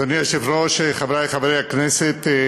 אדוני היושב-ראש, חברי חברי הכנסת,